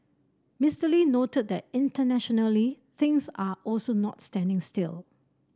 Mister Lee noted that internationally things are also not standing still